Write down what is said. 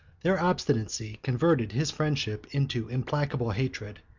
their obstinacy converted his friendship into implacable hatred,